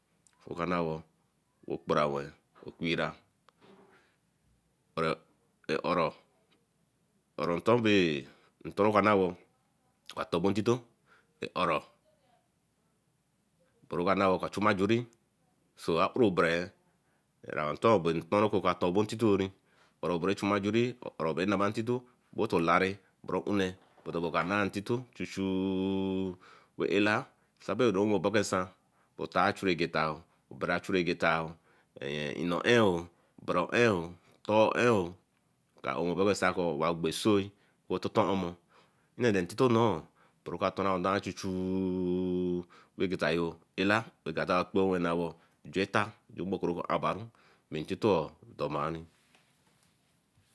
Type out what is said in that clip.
Oka nawo okperaweh okpiera eoro, eoro nton bae nton bah na wo oka tobo intito eoro oka chuma ajuri so akpbere araintoh oka ton mbo intito rani bere chuma ahuri bro be nama intito boto olare bro ounee both oka nah intito chuchueew e ela sebo owa wen ke oba bah san otar chuegeta, berechuegeta ino ean oo, otor ean oo wa gbo soe omo innene tito noor bora oka ton ba chuchueew wgwtayo ela eka kpo juen eta ju mo oku rebe abaru sen intito oo banee